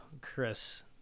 Chris